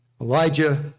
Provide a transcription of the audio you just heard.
Elijah